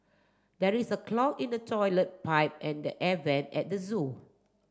there is a clog in the toilet pipe and the air vent at the zoo